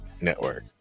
network